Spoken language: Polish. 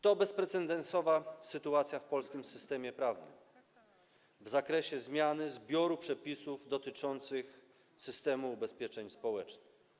To bezprecedensowa sytuacja w polskim systemie prawnym w zakresie zmiany zbioru przepisów dotyczących systemu ubezpieczeń społecznych.